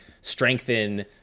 strengthen